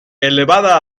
elevada